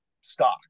stock